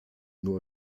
nur